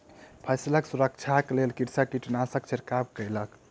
फसिलक सुरक्षाक लेल कृषक कीटनाशकक छिड़काव कयलक